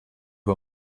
who